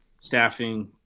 staffing